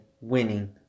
winning